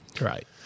Right